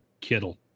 Kittle